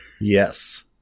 Yes